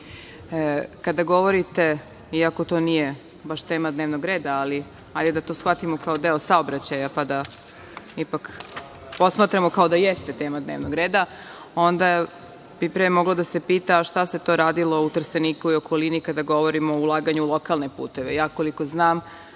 govorite, iako to nije baš tema dnevnog reda, ali hajde da to shvatimo kao deo saobraćaja, pa da ipak posmatramo kao da jeste tema dnevnog reda, onda bi pre moglo da se pita – a šta se to radilo u Trsteniku i okolini kada govorimo o ulaganju u lokalne puteve?